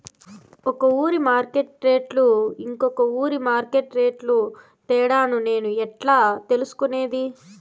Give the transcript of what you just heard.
ఒక ఊరి మార్కెట్ రేట్లు ఇంకో ఊరి మార్కెట్ రేట్లు తేడాను నేను ఎట్లా తెలుసుకునేది?